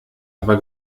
aber